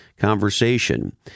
conversation